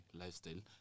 lifestyle